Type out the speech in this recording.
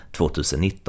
2019